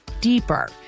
deeper